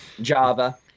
Java